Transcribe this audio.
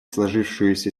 сложившуюся